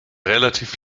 relativ